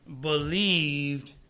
believed